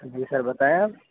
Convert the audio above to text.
جی sir بتائیں آپ